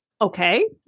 okay